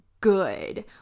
good